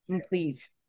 Please